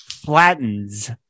flattens